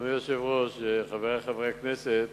אדוני היושב-ראש, חברי חברי הכנסת,